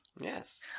Yes